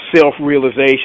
self-realization